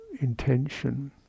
intention